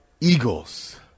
eagles